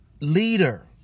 leader